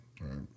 Right